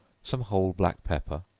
some whole black pepper,